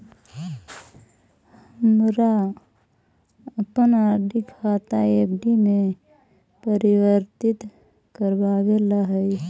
हमारा अपन आर.डी खाता एफ.डी में परिवर्तित करवावे ला हई